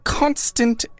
constant